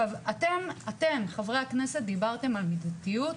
אתם, חברי הכנסת, דיברתם על מידתיות,